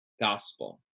gospel